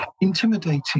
intimidating